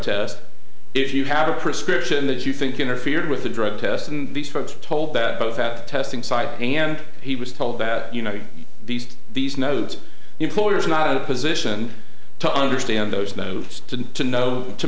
test if you have a prescription that you think interfered with a drug test and these folks were told that both that testing side and he was told that you know these these notes employers are not in a position to understand those moves to to know to